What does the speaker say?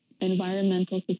environmental